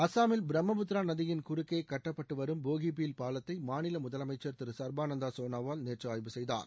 அஸ்ஸாமில் பிரம்மபுத்திரா நிதியின் குறக்கே கட்டப்பட்டுவரும் போகி பீல் பாலத்தை மாநில முதலமைச்சர் திரு சர்பானந்தா சோனாவால் நேற்று ஆய்வு செய்தார்